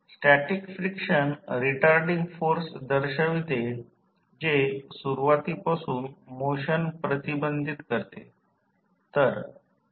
static friction retarding force दर्शवते जे सुरूवाती पासून मोशन प्रतिबंधित करते